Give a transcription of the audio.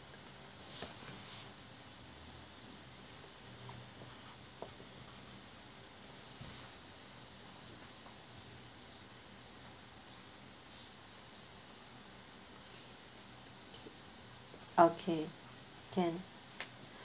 okay can